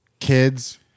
Kids